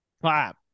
Clap